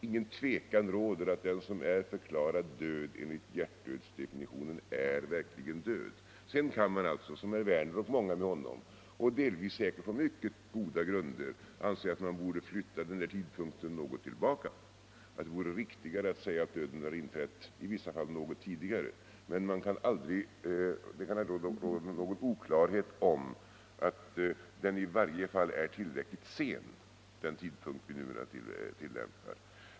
Inget tvivel råder om att den som är förklarad död enligt hjärtdödsdefinitionen verkligen är död. Sedan kan man alltså — såsom herr Werner och många andra med honom gör, delvis säkerligen på mycket goda grunder — anse att man borde flytta den här tidpunkten tillbaka, att det vore riktigare att säga att döden i vissa fall inträtt något tidigare. Men det kan aldrig råda någon oklarhet om att den tidpunkt vi numera tillämpar är tillräckligt sen.